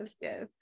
yes